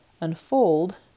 unfold